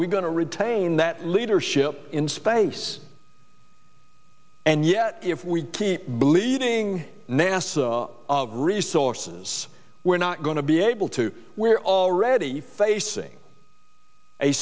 we going to retain that leadership in space and yet if we keep believing nasa resources we're not going to be able to wear already facing a